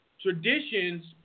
traditions